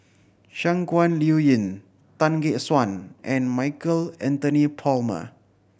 Shangguan Liuyun Tan Gek Suan and Michael Anthony Palmer